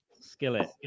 Skillet